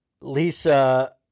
Lisa